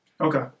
Okay